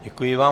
Děkuji vám.